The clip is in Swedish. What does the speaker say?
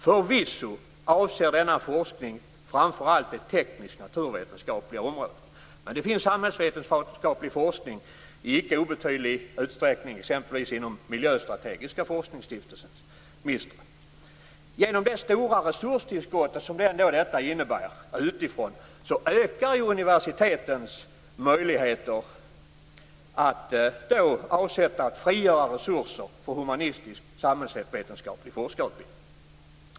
Förvisso avser denna forskning framför allt det teknisk-naturvetenskapliga området. Men det finns också samhällsvetenskaplig forskning i icke obetydlig utsträckning, exempelvis inom den miljöstrategiska forskningsstiftelsen. Genom det stora resurstillskott utifrån som detta innebär ökar ju universitetens möjligheter att avsätta och frigöra resurser för humanistisk-samhällsvetenskaplig forskarutbildning.